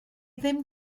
ddim